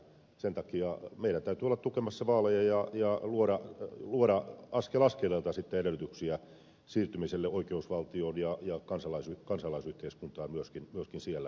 sen takia meidän täytyy olla tukemassa vaaleja ja luoda askel askeleelta sitten edellytyksiä siirtymiselle oikeusvaltioon ja kansalaisyhteiskuntaan myöskin siellä